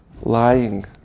lying